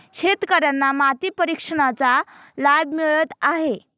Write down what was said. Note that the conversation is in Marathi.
शेतकर्यांना माती परीक्षणाचा लाभ मिळत आहे